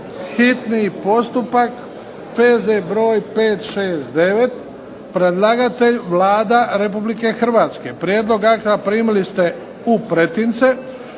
hitni postupak P.Z.br. 569. Predlagatelj: Vlada Republike Hrvatske Prijedlog akta primili ste u pretince.